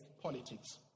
politics